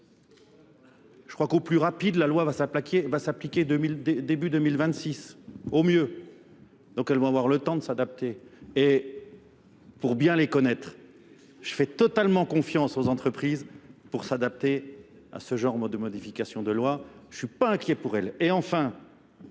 Je crois qu'au plus rapide, la loi va s'appliquer début 2026, au mieux. Donc elle va avoir le temps de s'adapter. Et pour bien les connaître, je fais totalement confiance aux entreprises pour s'adapter à ce genre de modifications de loi. Je ne suis pas inquiet pour elles.